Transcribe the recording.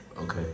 Okay